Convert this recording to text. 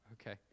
Okay